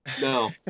No